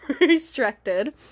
restricted